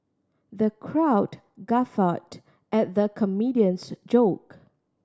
the crowd guffawed at the comedian's joke